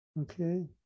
Okay